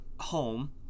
home